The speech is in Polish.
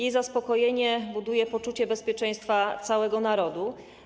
Jej zaspokojenie buduje poczucie bezpieczeństwa całego narodu.